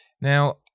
Now